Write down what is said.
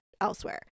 elsewhere